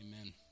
amen